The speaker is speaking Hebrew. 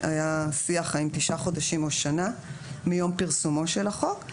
היה שיח אם תשעה חודשים או שנה מיום פרסומו של החוק,